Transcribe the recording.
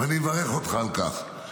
אני מברך אותך על כך.